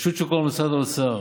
רשות שוק ההון ומשרד האוצר